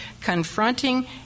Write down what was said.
confronting